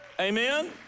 Amen